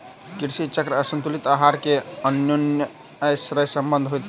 कृषि चक्र आसंतुलित आहार मे अन्योनाश्रय संबंध होइत छै